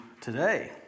today